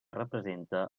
representa